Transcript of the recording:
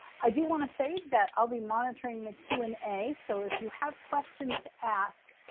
i do want to say that i'll be monitoring the q and a, so if you have questions to ask,